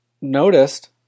noticed